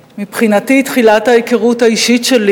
מבחינתי, תחילת ההיכרות האישית שלי